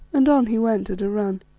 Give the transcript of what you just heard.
and on he went at a run.